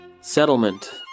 Settlement